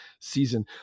season